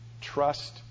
trust